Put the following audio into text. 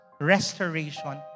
restoration